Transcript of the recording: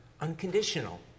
unconditional